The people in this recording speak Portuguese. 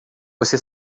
você